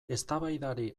eztabaidari